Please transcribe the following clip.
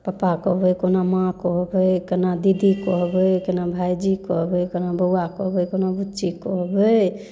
पप्पा कहबै कोना माँ कहबै केना दीदी कहबै केना भाईजी कहबै केना बौआ कहबै कोना बुच्ची कहबै